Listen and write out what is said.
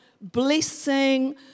blessing